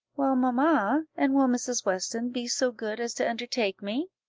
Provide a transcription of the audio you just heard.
well, mamma, and will mrs. weston be so good as to undertake me?